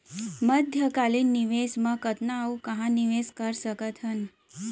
मध्यकालीन निवेश म कतना अऊ कहाँ निवेश कर सकत हन?